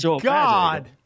god